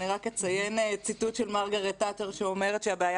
אני רק אציין ציטוט של מרגרט תאצ'ר שאומרת שהבעיה